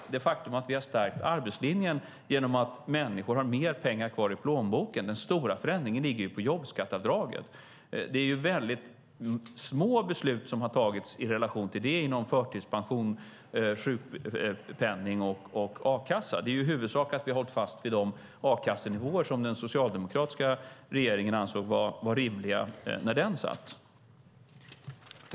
Det är ett faktum att vi har stärkt arbetslinjen genom att människor har fått mer pengar kvar i plånboken - den stora förändringen ligger ju på jobbskatteavdraget. Det är små beslut som har tagits i relation till det inom förtidspension, sjukpenning och a-kassa. Det är i huvudsak att vi har hållit fast vid de a-kassenivåer som den socialdemokratiska regeringen ansåg var rimliga när den satt.